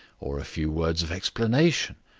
or a few words of explanation,